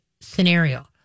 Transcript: Scenario